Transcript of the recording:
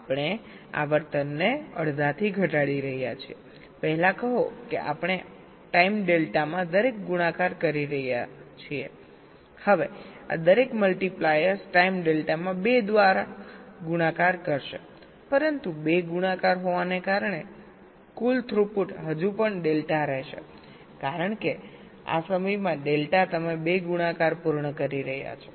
આપણે આવર્તનને અડધાથી ઘટાડી રહ્યા છીએપહેલા કહો કે આપણે ટાઇમ ડેલ્ટામાં દરેક ગુણાકાર કરી રહ્યા છીએ હવે આ દરેક મલ્ટિપ્લાયર્સ ટાઇમ ડેલ્ટામાં 2 દ્વારા ગુણાકાર કરશે પરંતુ 2 ગુણાકાર હોવાને કારણે કુલ થ્રુપુટ હજુ પણ ડેલ્ટા રહેશે કારણ કે આ સમયમાં ડેલ્ટા તમે 2 ગુણાકાર પૂર્ણ કરી રહ્યા છો